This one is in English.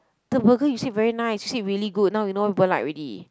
the burger you said very nice you said really good now you know why people like already